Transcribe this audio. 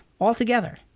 altogether